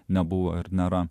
nebuvo ar nėra